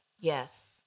yes